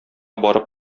барып